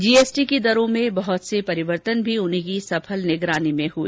GST की दरों में हुए बहुत से परिवर्तन भी उन्हीं की सफल निगरानी में हुए